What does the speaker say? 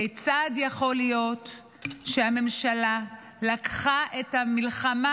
כיצד יכול להיות שהממשלה לקחה את המלחמה